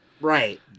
right